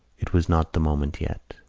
it was not the moment yet.